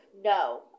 No